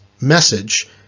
message